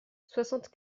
soixante